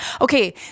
Okay